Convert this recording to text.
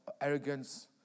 arrogance